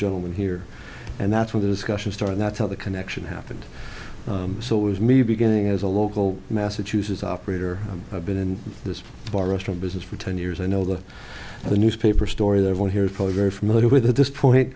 gentlemen here and that's where the discussion started that's how the connection happened so it was me beginning as a local massachusetts operator i've been in this bar restaurant business for ten years i know that the newspaper story they're here for a very familiar with at this point